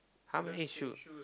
how many shoes